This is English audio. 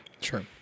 Sure